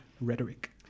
rhetoric